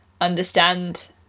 understand